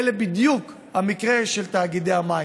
זה בדיוק המקרה של תאגידי המים.